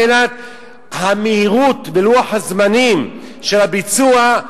המהירות ולוח הזמנים של הביצוע,